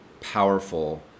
powerful